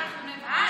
שנבקש מהיו"ר,